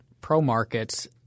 pro-markets